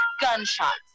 gunshots